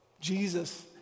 Jesus